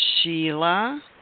Sheila